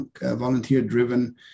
volunteer-driven